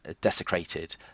desecrated